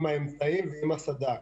האמצעים ועם הסד"כ.